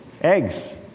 Eggs